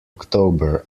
october